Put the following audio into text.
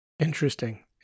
Interesting